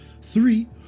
Three